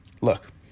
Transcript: Look